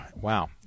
Wow